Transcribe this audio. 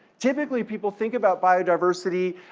typically, people think about biodiversity